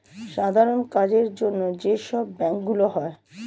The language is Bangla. সাধারণ কাজের জন্য যে সব ব্যাংক গুলো হয়